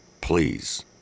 please